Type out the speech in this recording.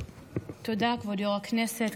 תודה, כבוד יו"ר הישיבה.